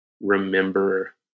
remember